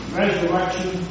resurrection